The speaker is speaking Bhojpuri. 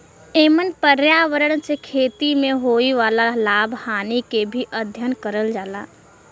एमन पर्यावरण से खेती में होए वाला लाभ हानि के भी अध्ययन करल जाला